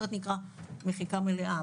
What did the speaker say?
הסרט נקרא "מחיקה מלאה".